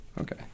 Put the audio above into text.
Okay